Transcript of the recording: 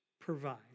provide